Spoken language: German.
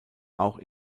auch